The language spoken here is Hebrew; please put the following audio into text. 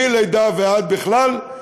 מלידה ועד בכלל,